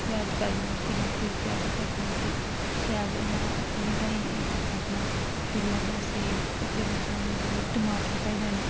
प्याज़ पाइयै फिर ओह्दे असें उसी शैल इंया ओह् तुआहीं ताहीं करना ओह्दे बिच्चा असें फिरी ओह्दे च असें टमाटर पाई देने